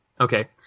Okay